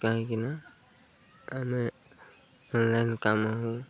କାହିଁକିନା ଆମେ ଅନ୍ଲାଇନ୍ କାମ ହିଁ